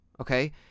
okay